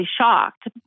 shocked